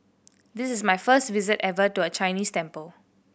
this is my first visit ever to a Chinese temple